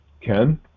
Ken